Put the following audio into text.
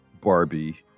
Barbie